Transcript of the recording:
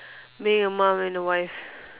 being a mum and a wife